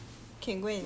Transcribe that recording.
can